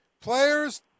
Players